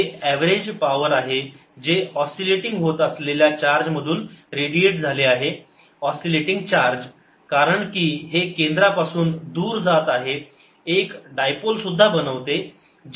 हे average power आहे जे ऑस्सिलेटिंग होत असलेल्या चार्ज मधून रेडिएट झाले ऑस्सिलेटिंग चार्ज कारण की हे केंद्रापासून दूर जात आहे एक डायपोल सुद्धा बनवते जे की बरोबर आहे q x